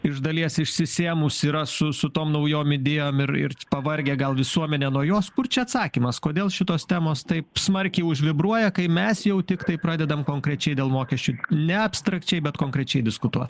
iš dalies išsisėmus yra su su tom naujom idėjom ir ir pavargę gal visuomenė nuo jos kur čia atsakymas kodėl šitos temos taip smarkiai užvibruoja kai mes jau tiktai pradedam konkrečiai dėl mokesčių ne abstrakčiai bet konkrečiai diskutuot